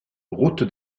route